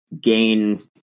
gain